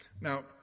Now